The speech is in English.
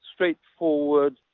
Straightforward